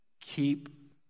Keep